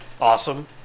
awesome